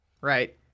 right